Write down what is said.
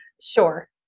Sure